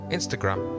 Instagram